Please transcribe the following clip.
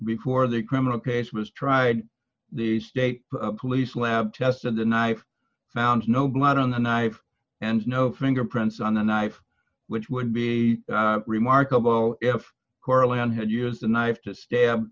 before the criminal case was tried the state police lab tested the knife found no blood on the knife and no fingerprints on the knife which would be a remarkable if carlyon had used a knife to stab